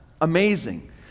Amazing